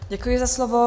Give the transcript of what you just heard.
Děkuji za slovo.